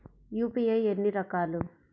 UPI ఎన్ని రకాలు?